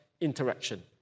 interaction